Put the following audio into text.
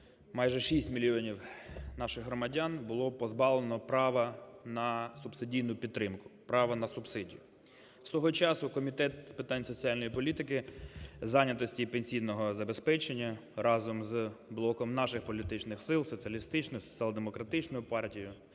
майже 6 мільйонів наших громадян було позбавлено права на субсидійну підтримку, права на субсидію. Свого часу Комітет з питань соціальної політики, зайнятості і пенсійного забезпечення разом з блоком наших політичних сил: із Соціалістичною, із Соціал-демократичною партією